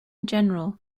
general